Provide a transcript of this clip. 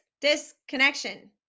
disconnection